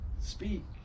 speak